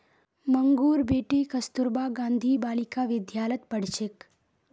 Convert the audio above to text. मंगूर बेटी कस्तूरबा गांधी बालिका विद्यालयत पढ़ छेक